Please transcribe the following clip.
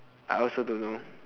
I also don't know